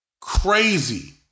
Crazy